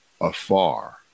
afar